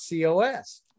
COS